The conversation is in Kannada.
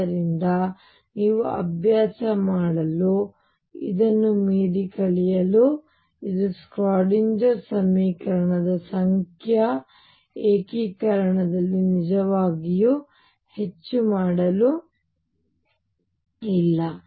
ಆದ್ದರಿಂದ ನೀವು ಅಭ್ಯಾಸ ಮಾಡಲು ಮತ್ತು ಇದನ್ನು ಮೀರಿ ಕಲಿಯಲು ಇದು ಶ್ರೋಡಿಂಗರ್Schrödinger ಸಮೀಕರಣದ ಸಂಖ್ಯಾ ಏಕೀಕರಣದಲ್ಲಿ ನಿಜವಾಗಿಯೂ ಹೆಚ್ಚು ಮಾಡಲು ಇಲ್ಲ